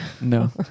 no